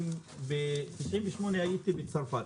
ב-1998 הייתי בצרפת,